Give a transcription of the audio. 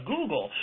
Google